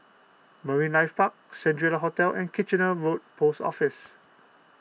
Marine Life Park Shangri La Hotel and Kitchener Road Post Office